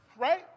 Right